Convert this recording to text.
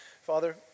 Father